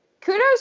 kudos